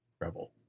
Rebel